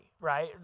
right